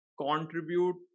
contribute